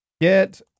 Get